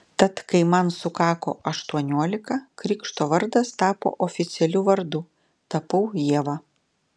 tad kai man sukako aštuoniolika krikšto vardas tapo oficialiu vardu tapau ieva